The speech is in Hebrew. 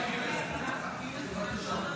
יש לנו זמן.